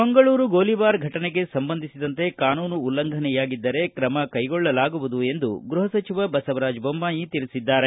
ಮಂಗಳೂರು ಗೋಲಿಬಾರ್ ಘಟನೆಗೆ ಸಂಬಂಧಿಸಿದಂತೆ ಕಾನೂನು ಉಲ್ಲಂಘನೆಯಾಗಿದ್ದರೆ ಕ್ರಮ ಕೈಗೊಳ್ಳಲಾಗುವುದು ಎಂದು ಗೃಹ ಸಚಿವ ಬಸವರಾಜ ಬೊಮ್ನಾಯಿ ತಿಳಿಸಿದ್ದಾರೆ